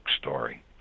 story